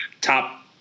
top